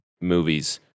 movies